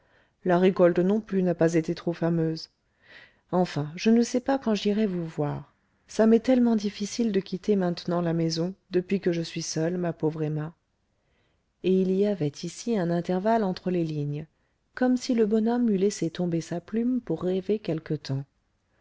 la récolte non plus n'a pas été trop fameuse enfin je ne sais pas quand j'irai vous voir ça m'est tellement difficile de quitter maintenant la maison depuis que je suis seul ma pauvre emma et il y avait ici un intervalle entre les lignes comme si le bonhomme eût laissé tomber sa plume pour rêver quelque temps